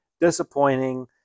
Disappointing